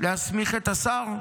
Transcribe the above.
להסמיך את השר?